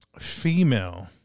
female